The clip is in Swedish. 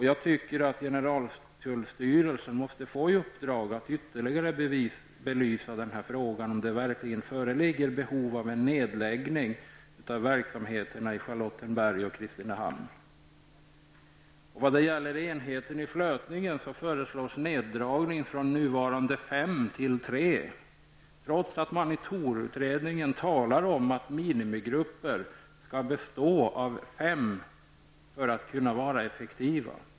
Jag tycker att generaltullstyrelsen måste få i uppdrag att ytterligare belysa frågan om det verkligen föreligger behov av en nedläggning av verksamheterna i Charlottenberg och Vad gäller enheten i Flötningen så föreslås neddragning från nuvarande fem grupper till tre trots att man i ToR talar om att det skall vara fem minigrupper för att de skall kunna arbeta effektivt.